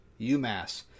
UMass